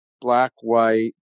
black-white